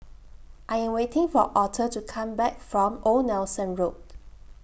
I Am waiting For Auther to Come Back from Old Nelson Road